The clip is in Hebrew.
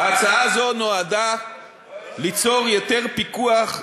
ההצעה הזאת נועדה ליצור יותר פיקוח,